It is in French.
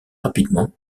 rapidement